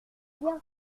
bien